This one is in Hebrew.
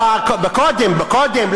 בקודם, בקודם.